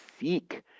seek